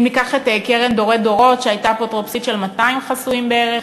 אם ניקח את "קרן דורי דורות" שהייתה אפוטרופוסית של 200 חסויים בערך,